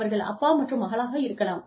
அவர்கள் அப்பா மற்றும் மகளாக இருக்கலாம்